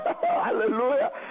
Hallelujah